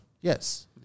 Yes